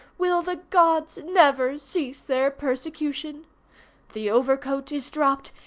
will the gods never cease their persecution the overcoat is dropped,